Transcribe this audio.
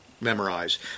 memorize